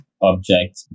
object